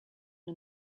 and